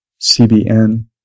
CBN